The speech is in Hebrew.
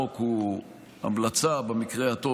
החוק הוא המלצה במקרה הטוב,